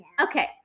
Okay